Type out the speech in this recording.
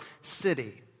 city